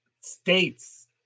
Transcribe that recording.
states